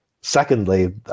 secondly